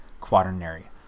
quaternary